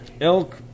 Elk